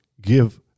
give